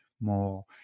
more